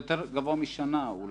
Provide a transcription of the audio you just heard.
יותר גבוה משנה.